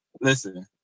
Listen